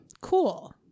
cool